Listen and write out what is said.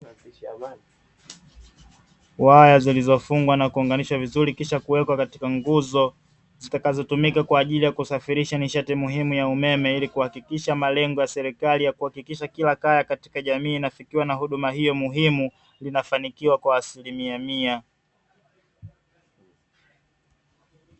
Waya zilizofungwa na kuunganishwa vizuri kisha kuwekwa katika nguzo, zitakazotumika kwa ajili ya kusafirisha nishati muhimu ya umeme, ili kuhakikisha malengo ya serikali ya kuhakikisha kila kaya katika jamii inafikiwa na huduma hiyo muhimu, linafanikiwa kwa asilimia mia.